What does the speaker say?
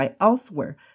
elsewhere